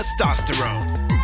testosterone